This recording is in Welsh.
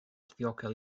ddiogel